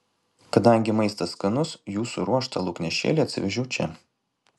kadangi maistas skanus jų suruoštą lauknešėlį atsivežiau čia